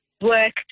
work